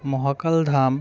মহাকাল ধাম